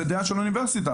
זה דעה של האוניברסיטה,